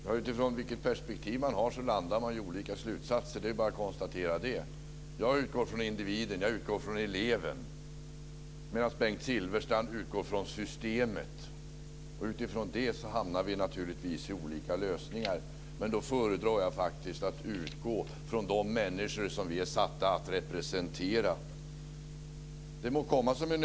Herr talman! Beroende på vilket perspektiv man har landar man i olika slutsatser. Det är bara att konstatera det. Jag utgår från individen. Jag utgår från eleven. Bengt Silfverstrand utgår från systemet. Utifrån det kommer vi naturligtvis fram till olika lösningar. Jag föredrar faktiskt att utgå från de människor som vi är satta att representera.